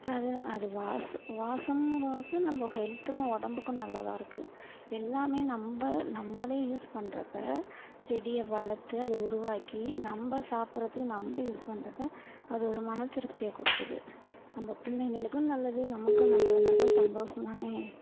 இப்போ அது அது வாச வாசம்ன்ற அளவுக்கு நம்ப ஹெல்த்துக்கும் உடம்புக்கும் நல்லாதாக இருக்கு எல்லாமே நம்ப நம்பளே யூஸ் பண்றப்போ செடியை வளர்த்து அதை உருவாக்கி நம்ப சாப்புடுறதுக்கு நம்பளே யூஸ் பண்றப்போ அது ஒரு மன திருப்தியை கொடுக்குது அந்த பிள்ளைங்களுக்கும் நல்லது நமக்கும் நல்லதுங்கிறப்போ சந்தோசம் தானே